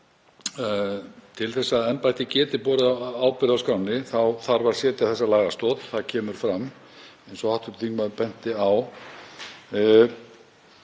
til þess að embættið geti borið ábyrgð á skránni þarf að setja þessa lagastoð. Það kemur fram, eins og hv. þingmaður benti á.